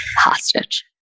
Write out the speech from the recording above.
hostage